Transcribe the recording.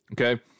Okay